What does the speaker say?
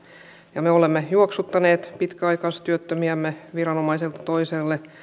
ja me olemme juoksuttaneet pitkäaikaistyöttömiämme viranomaiselta toiselle